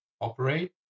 operate